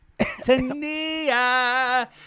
Tania